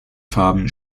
farben